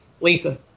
Lisa